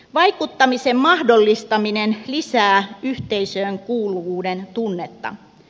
vaikuttamisen mahdollistaminen lisää yhteisöön kuuluvuuden tunnetta